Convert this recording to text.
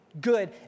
good